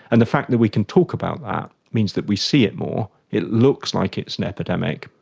and the fact that we can talk about that means that we see it more. it looks like it's an epidemic,